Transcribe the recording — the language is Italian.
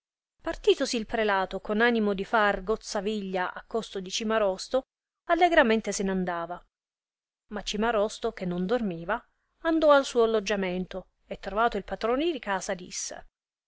insieme partitosi il prelato con animo di far gozzaviglia a costo di cimarosto allegramente se n andava ma cimarosto che non dormiva andò al suo alloggiamento e trovato il patrone in casa disse